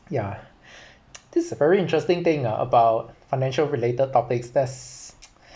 ya this is very interesting thing ah about financial related topics that's